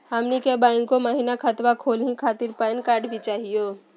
हमनी के बैंको महिना खतवा खोलही खातीर पैन कार्ड भी चाहियो?